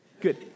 Good